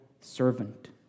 servant